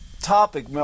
topic